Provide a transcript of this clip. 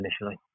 initially